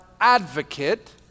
advocate